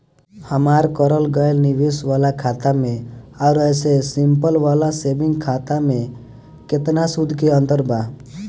हमार करल गएल निवेश वाला खाता मे आउर ऐसे सिंपल वाला सेविंग खाता मे केतना सूद के अंतर बा?